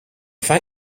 fact